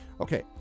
okay